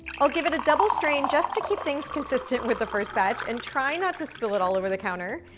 i'll give it a double strain just to keep things consistent with the first batch, and try not to spill it all over the counter.